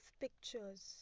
pictures